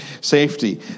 safety